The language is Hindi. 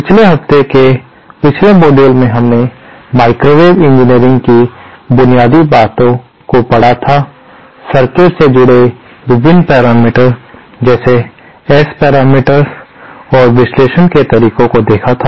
पिछले हफ्ते के पिछले मॉडल में हमने माइक्रोवेव इंजीनियरिंग की बुनियादी बातों को पड़ा था सर्किट से जुड़े विभिन्न पैरामीटर्स जैसे S पैरामीटर और विश्लेषण के तरीकों को देखा था